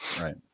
Right